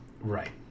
right